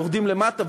יורדים למטה,